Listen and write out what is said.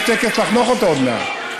יש טקס לחנוך אותו עוד מעט.